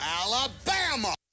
Alabama